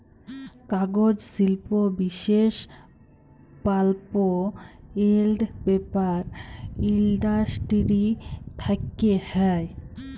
কাগজ শিল্প বিশেষ পাল্প এল্ড পেপার ইলডাসটিরি থ্যাকে হ্যয়